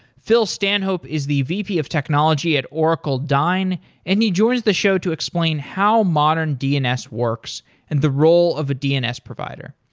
phil stanhope is the vp of technology at oracle dyn and he joins the show to explain how modern dns works and the role of a dns provider.